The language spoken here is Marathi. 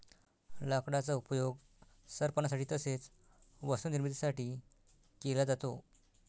लाकडाचा उपयोग सरपणासाठी तसेच वस्तू निर्मिती साठी केला जातो